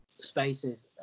spaces